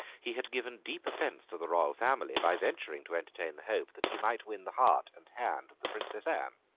he had given deep offence to the royal family by venturing to entertain the hope that he might win the heart and hand of the princess anne.